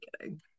kidding